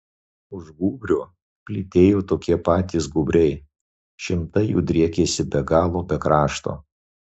už gūbrio plytėjo tokie patys gūbriai šimtai jų driekėsi be galo be krašto